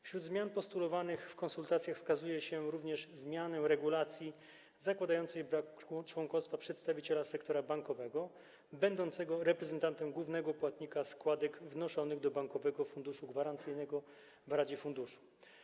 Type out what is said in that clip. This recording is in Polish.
Wśród zmian postulowanych w konsultacjach wskazuje się również zmianę regulacji zakładającej brak członkostwa przedstawiciela sektora bankowego będącego reprezentantem głównego płatnika składek wnoszonych do Bankowego Funduszu Gwarancyjnego w radzie funduszu.